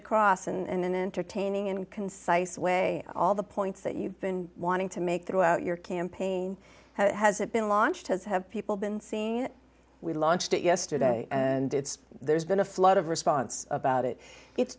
across and then entertaining and concise way all the points that you've been wanting to make throughout your campaign has it been launched as have people been seeing we launched it yesterday and there's been a flood of response about it it's